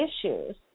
issues